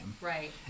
Right